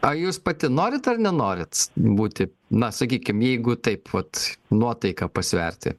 o jūs pati norit ar nenorit būti na sakykim jeigu taip vat nuotaiką pasverti